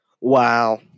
Wow